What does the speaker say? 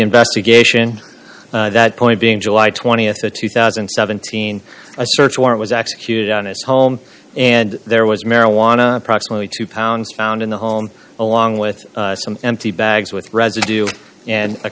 investigation that point being july th of two thousand and seventeen a search warrant was executed on his home and there was marijuana approximately two pounds found in the home along with some empty bags with residue and a